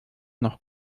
noch